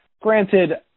Granted